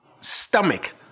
stomach